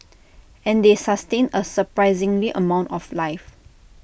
and they sustain A surprising amount of life